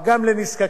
אני מודה לך,